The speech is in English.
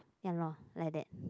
ya lor like that